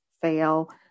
fail